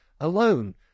alone